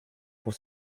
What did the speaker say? pour